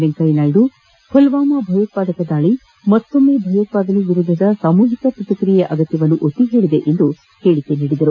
ವೆಂಕಯ್ದನಾಯ್ಡು ಮಲ್ವಾಮ ಭಯೋತ್ಪಾದನಾ ದಾಳಿ ಮತ್ತೊಮ್ಮ ಭಯೋತ್ಪಾದನೆ ವಿರುದ್ಧದ ಸಾಮೂಹಿಕ ಪ್ರತಿಕ್ರಿಯೆಯ ಅಗತ್ತವನ್ನು ಒತ್ತಿ ಹೇಳಿದೆ ಎಂದು ಹೇಳಿಕೆ ನೀಡಿದರು